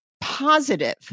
positive